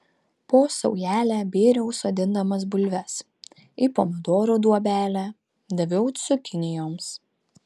po saujelę bėriau sodindamas bulves į pomidorų duobelę daviau cukinijoms